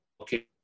okay